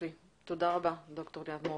תודה רבה לד"ר ליאת מורגן.